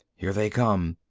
here they come,